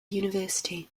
university